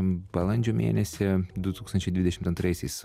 balandžio mėnesį du tūkstančiai dvidešimt antraisiais